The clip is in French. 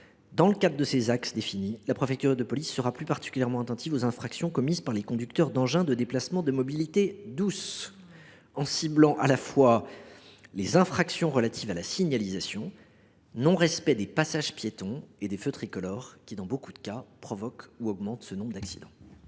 dans ce DGO, en 2024, la préfecture de police sera plus particulièrement attentive aux infractions commises par les conducteurs d’engins de déplacement de mobilité douce, en ciblant à la fois les infractions relatives à la signalisation, au non respect des passages piétons et des feux tricolores qui, dans beaucoup de cas, provoquent ou augmentent ce nombre d’accidents.